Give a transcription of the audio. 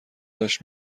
داشت